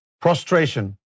prostration